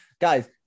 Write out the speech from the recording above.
guys